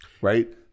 Right